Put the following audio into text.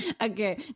Okay